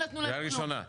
לא נתנו להם כלום.